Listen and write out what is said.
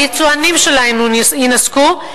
היצואנים שלנו יינזקו,